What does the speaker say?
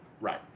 Right